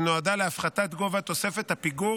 שנועדה להפחתת גובה תוספת הפיגור